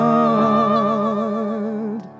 God